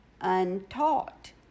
untaught